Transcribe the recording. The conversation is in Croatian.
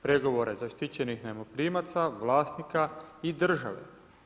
Pregovore zaštićenih najmoprimaca, vlasnika i države.